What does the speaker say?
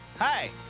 hey.